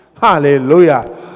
Hallelujah